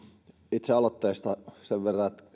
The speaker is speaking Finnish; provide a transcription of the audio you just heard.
itse aloitteesta sen verran että